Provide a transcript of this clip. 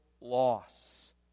loss